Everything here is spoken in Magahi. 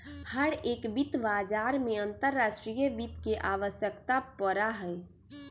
हर एक वित्त बाजार में अंतर्राष्ट्रीय वित्त के आवश्यकता पड़ा हई